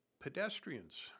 pedestrians